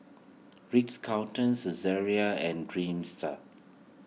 Ritz Carlton Saizeriya and Dreamster